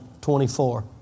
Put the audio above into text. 24